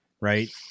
right